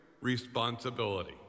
responsibility